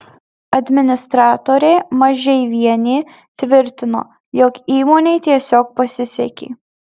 administratorė mažeivienė tvirtino jog įmonei tiesiog pasisekė